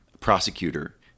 prosecutor